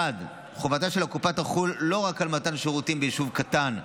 1. חובתה של הקופה תחול לא רק על מתן שירותים ביישוב קטן,